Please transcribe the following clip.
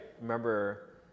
remember